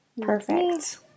Perfect